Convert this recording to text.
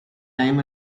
time